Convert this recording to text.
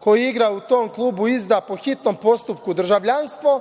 koji igra u tom klubu izda po hitnom postupku državljanstvo